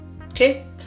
okay